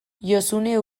josune